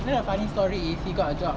then the funny story is he got a job